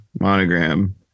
monogram